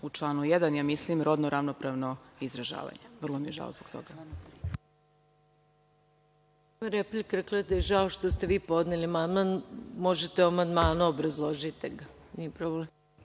u članu 1. – rodno ravnopravno izražavanje. Vrlo mi je žao zbog toga.